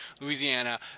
Louisiana